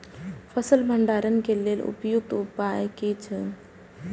फसल भंडारण के लेल उपयुक्त उपाय कि छै?